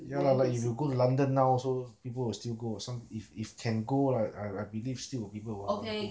ya lah if you go london now also people will still go [what] some if if is can go lah I I believe people still will go